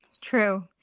True